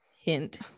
hint